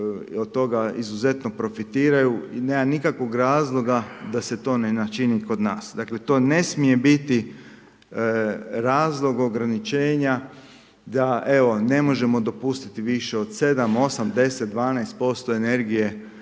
od toga izuzetno profitiraju i nema nikakvog razloga ne na čini kod nas. Dakle to ne smije biti razlog ograničenja da evo, ne možemo dopustiti više od 7, 8, 10, 12% energije